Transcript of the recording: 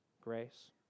grace